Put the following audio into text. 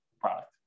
product